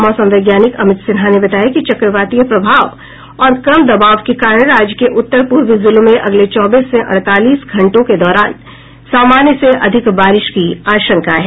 मौसम वैज्ञानिक अमित सिन्हा ने बताया कि चक्रवातीय प्रभाव और कम दबाव के कारण राज्य के उत्तर पूर्वी जिलों में अगले चौबीस से अड़तालीस घंटों के दौरान सामान्य से अधिक बारिश की आशंका है